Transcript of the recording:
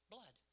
Blood